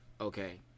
Okay